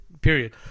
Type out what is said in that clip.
Period